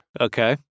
Okay